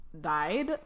died